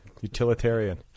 utilitarian